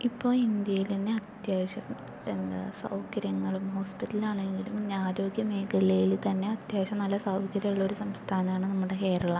ഇപ്പോൾ ഇന്ത്യയിലെതന്നെ അത്യാവശ്യം എന്താ സൗകര്യങ്ങളും ഹോസ്പിറ്റലാണെങ്കിലും പിന്നെ ആരോഗ്യ മേഖലയിൽത്തന്നെ അത്യാവശ്യം നല്ല സൗകര്യമുള്ള ഒരു സംസ്ഥാനമാണ് നമ്മുടെ കേരളം